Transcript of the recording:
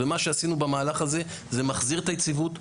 מה שעשינו במהלך הזה זה מחזיר את היציבות,